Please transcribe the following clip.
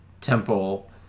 Temple